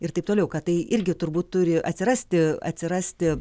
ir taip toliau kad tai irgi turbūt turi atsirasti atsirasti